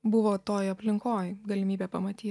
buvo toj aplinkoj galimybė pamatyt